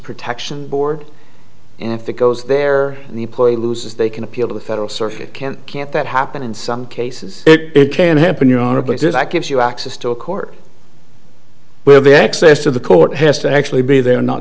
protection board and if it goes there and the employee loses they can appeal to the federal circuit can't can't that happen in some cases it can happen you're out of places that gives you access to a court where the access to the court has to actually be there